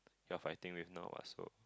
just finding with no us tho